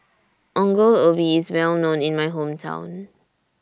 Ongol Ubi IS Well known in My Hometown